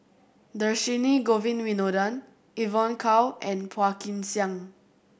Dhershini Govin Winodan Evon Kow and Phua Kin Siang